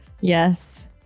Yes